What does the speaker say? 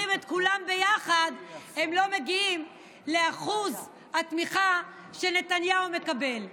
את כולם ביחד הם לא מגיעים לאחוז התמיכה שנתניהו מקבל.